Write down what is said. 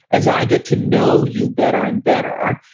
as i get to know you better and better,